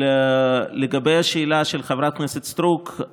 לגבי השאלה של חברת הכנסת סטרוק,